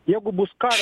jeigu bus karas